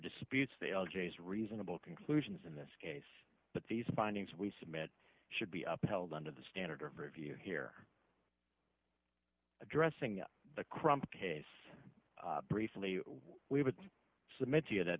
disputes the l g s reasonable conclusions in this case but these findings we submit should be upheld under the standard of review here addressing the crump case briefly we would